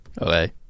Okay